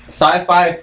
Sci-fi